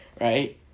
Right